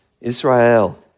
Israel